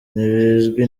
ntibizwi